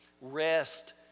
Rest